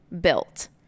built